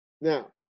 Now